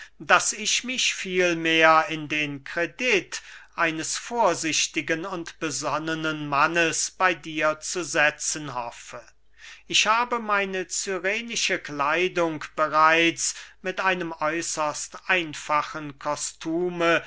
daß ich mich vielmehr in den kredit eines vorsichtigen und besonnenen mannes bey dir zu setzen hoffe ich habe meine cyrenische kleidung bereits mit einem äußerst einfachen